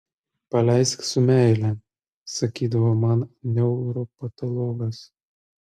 paleisk su meile sakydavo man neuropatologas